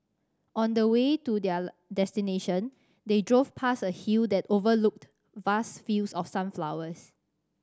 on the way to their destination they drove past a hill that overlooked vast fields of sunflowers